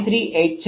938 છે